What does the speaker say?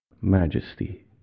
MAJESTY